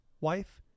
wife